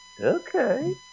okay